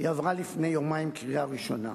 היא עברה לפני יומיים בקריאה ראשונה.